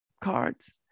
cards